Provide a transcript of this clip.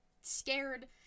scared